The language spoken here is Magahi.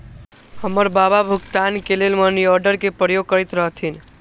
हमर बबा भुगतान के लेल मनीआर्डरे के प्रयोग करैत रहथिन